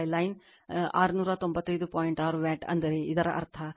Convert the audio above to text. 6 watt ಅಂದರೆ ಇದರ ಅರ್ಥ